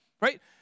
right